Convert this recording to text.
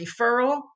referral